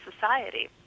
society